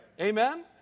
Amen